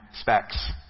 specs